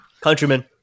Countrymen